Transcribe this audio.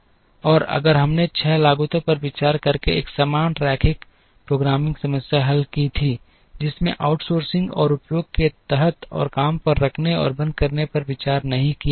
और अगर हमने 6 लागतों पर विचार करके एक समान रैखिक प्रोग्रामिंग समस्या हल की थी जिसमें आउटसोर्सिंग और उपयोग के तहत और काम पर रखने और बंद करने पर विचार नहीं किया गया था